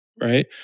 Right